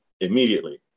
immediately